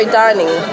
dining